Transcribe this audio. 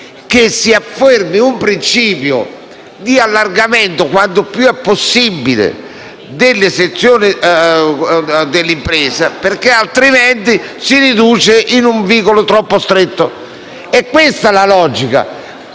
che si affermasse un principio di allargamento, quanto più è possibile, delle sezioni per l'impresa, perché altrimenti ci si riduce in un vicolo troppo stretto. [**Presidenza del vice